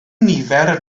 nifer